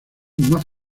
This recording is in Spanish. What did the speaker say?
más